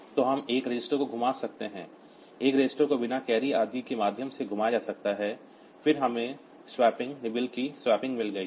तो हम एक रजिस्टर को घुमा सकते हैं एक रजिस्टर को बिना कैरी आदि के माध्यम से घुमाया जा सकता है फिर हमें स्वैपिंग निबल्स की स्वैपिंग मिल गई है